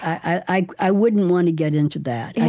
i i wouldn't want to get into that. yeah